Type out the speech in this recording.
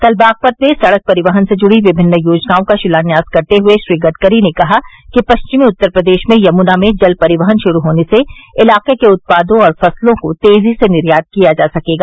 कल बागपत में सड़क परिवहन से जुड़ी विभिन्न योजनाओं का शिलान्यास करते हुए श्री गडकरी ने कहा कि पश्चिमी उत्तर प्रदेश में यमुना में जल परिवहन शुरू होने से इलाके के उत्पादों और फसलों को तेजी से निर्यात किया जा सकेगा